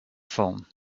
phone